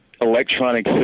electronic